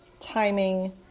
timing